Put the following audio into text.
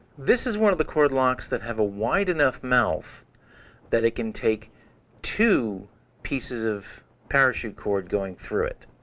this is one of the cord locks that have a wide enough mouth that it can take two pieces of parachute cord going through it.